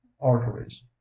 arteries